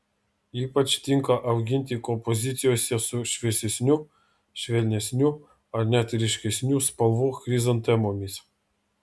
ypač tinka auginti kompozicijose su šviesesnių švelnesnių ar net ryškesnių spalvų chrizantemomis